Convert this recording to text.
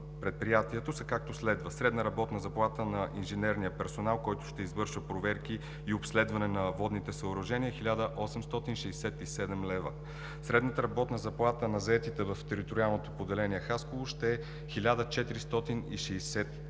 – Хасково са както следва: средна работна заплата на инженерния персонал, който ще извършва проверки и обследване на водните съоръжения – 1867 лв.; средната работна заплата на заетите в Териториалното поделение – Хасково, ще е 1460 лв.